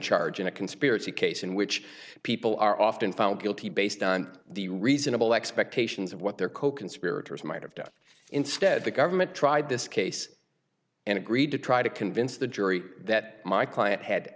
charge in a conspiracy case in which people are often found guilty based on the reasonable expectations of what their coconspirators might have done instead the government tried this case and agreed to try to convince the jury that my client had